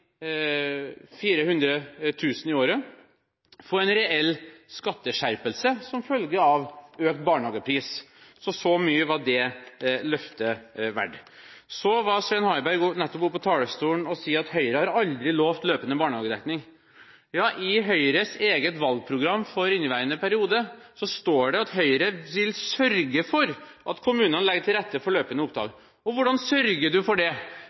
400 000 kr i året få en reell skatteskjerpelse som følge av økt barnehagepris. Så mye var det løftet verdt. Svein Harberg var nettopp på talerstolen og sa at Høyre aldri har lovt løpende barnehagedekning. I Høyres eget valgprogram står det at Høyre vil «sørge for at kommunene legger til rette for løpende opptak». Og hvordan sørger man for det?